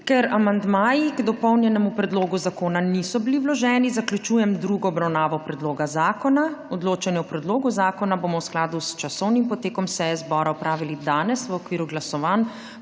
Ker amandmaji k dopolnjenemu predlogu zakona niso bili vloženi, zaključujem drugo obravnavo predloga zakona. Odločanje o predlogu zakona bomo v skladu s časovnim potekom seje zbora opravili danes v okviru glasovanj,